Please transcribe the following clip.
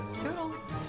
Toodles